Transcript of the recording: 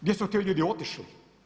Gdje su ti ljudi otišli?